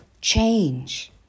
change